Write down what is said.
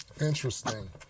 Interesting